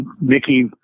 Mickey